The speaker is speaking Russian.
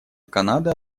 канады